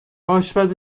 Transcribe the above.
آشپزی